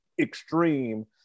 extreme